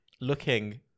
looking